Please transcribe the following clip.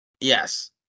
Yes